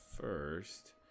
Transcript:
first